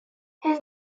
his